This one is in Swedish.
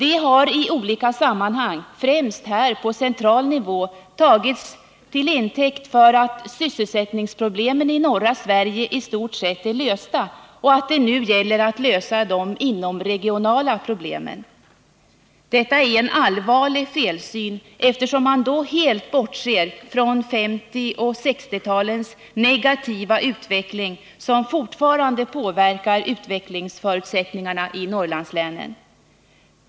Detta har i olika sammanhang, främst här på central nivå, tagits till intäkt för att sysselsättningsproblemen i norra Sverige i stort sett är lösta och att det nu gäller att lösa de inomregionala problemen. Detta är en allvarlig felsyn, eftersom man då helt bortser från 1950 och 1960-talens negativa utveckling som fortfarande påverkar utvecklingsförutsättningarna i Norrlandslänen.